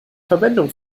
verwendung